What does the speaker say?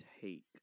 take